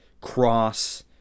cross